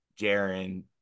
Jaron